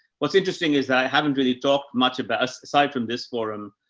what's interesting is i haven't really talked much about aside from this forum,